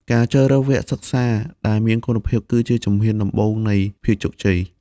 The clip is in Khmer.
ការជ្រើសរើសវគ្គសិក្សាដែលមានគុណភាពគឺជាជំហានដំបូងនៃភាពជោគជ័យ។